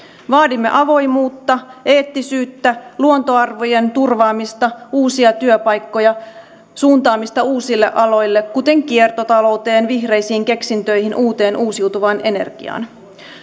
vaadimme avoimuutta eettisyyttä luontoarvojen turvaamista uusia työpaikkoja suuntaamista uusille aloille kuten kiertotalouteen vihreisiin keksintöihin uuteen uusiutuvaan energiaan